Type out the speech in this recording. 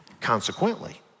Consequently